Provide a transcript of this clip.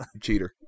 Cheater